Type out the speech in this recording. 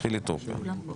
חילי טרופר בשליש.